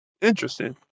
Interesting